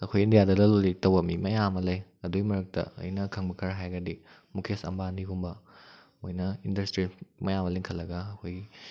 ꯑꯩꯈꯣꯏ ꯏꯟꯗꯤꯌꯥꯗ ꯂꯂꯣꯟ ꯂꯤꯇꯤꯛ ꯇꯧꯕ ꯃꯤ ꯃꯌꯥꯝ ꯑꯃ ꯂꯩ ꯑꯗꯨꯏ ꯃꯔꯛꯇ ꯑꯩꯅ ꯈꯪꯕ ꯈꯔ ꯍꯥꯏꯔꯒꯗꯤ ꯃꯨꯀꯦꯁ ꯑꯝꯕꯥꯅꯤꯒꯨꯝꯕ ꯃꯣꯏꯅ ꯏꯟꯗꯁꯇ꯭ꯔꯤꯌꯦꯜ ꯃꯌꯥꯝ ꯑꯃ ꯂꯤꯡꯈꯠꯂꯒ ꯑꯩꯈꯣꯏꯒꯤ